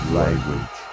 language